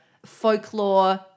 Folklore